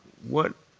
what